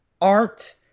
art